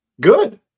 Good